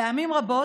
פעמים רבות,